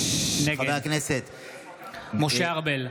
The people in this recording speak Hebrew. נגד משה ארבל,